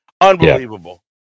Unbelievable